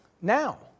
now